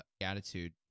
attitude